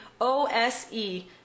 O-S-E